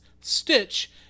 Stitch